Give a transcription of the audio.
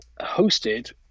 hosted